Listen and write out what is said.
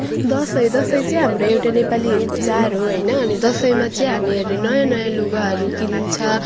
दसैँ दसैँ चाहिँ हाम्रो एउटा नेपालीहरूको चाड हो होइन अनि दसैँमा चाहिँ हामीहरू नयाँ नयाँ लुगाहरू किन्छ